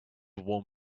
warm